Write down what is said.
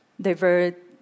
divert